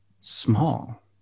small